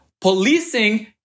Policing